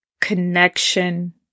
connection